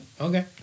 Okay